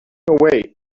away